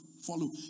follow